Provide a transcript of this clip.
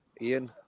Ian